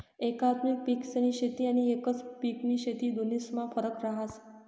एकात्मिक पिकेस्नी शेती आनी एकच पिकनी शेती दोन्हीस्मा फरक रहास